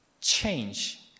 change